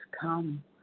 come